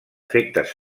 efectes